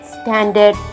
standard